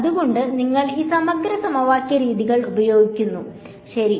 അതുകൊണ്ടാണ് നിങ്ങൾ ഈ സമഗ്ര സമവാക്യ രീതികൾ ഉപയോഗിക്കുന്നത് ശരി